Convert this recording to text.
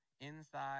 inside